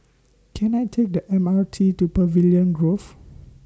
Can I Take The M R T to Pavilion Grove